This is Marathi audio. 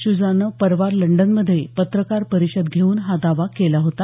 श्जाने परवा लंडनमध्ये पत्रकार परिषद घेऊन हा दावा केला होता